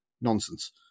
nonsense